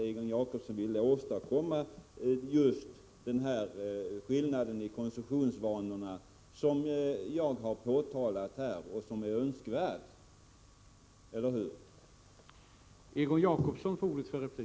Egon Jacobsson ville väl åstadkomma den skillnad beträffande konsumtionsvanor som jag har tagit upp och som är önskvärd. Var det inte så?